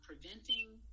preventing